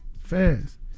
fast